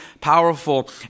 powerful